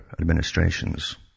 administrations